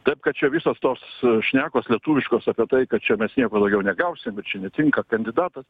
taip kad čia visos tos šnekos lietuviškos apie tai kad čia mes nieko daugiau negausim ir čia netinka kandidatas